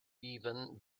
even